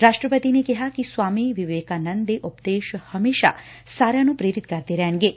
ਰਾਸ਼ਟਰਪਤੀ ਨੇ ਕਿਹਾ ਕਿ ਸਵਾਮੀ ਵਿਵੇਕਾਨੰਦ ਦੇ ਉਪਦੇਸ਼ ਹਮੇਸ਼ਾ ਸਾਰਿਆਂ ਨੂੰ ਪ੍ਰੇਰਿਤ ਕਰਦੇ ਰਹਿਣਗੇ